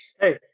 Hey